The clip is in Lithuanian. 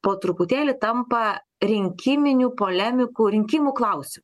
po truputėlį tampa rinkiminių polemikų rinkimų klausi